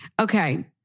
Okay